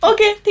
Okay